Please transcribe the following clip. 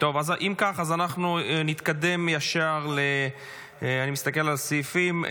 אם כך, אנחנו נתקדם ישר, אני מסתכל על הסעיפים.